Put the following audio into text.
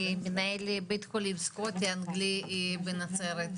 מנהל בית חולים סקוטי אנגלי בנצרת,